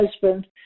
husband